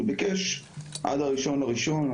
הוא ביקש עד ה-1 בינואר,